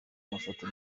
amafoto